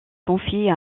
confiée